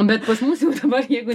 bet pas mus jau dabar jeigu